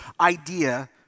idea